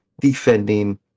defending